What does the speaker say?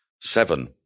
seven